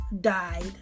died